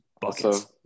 buckets